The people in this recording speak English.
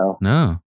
no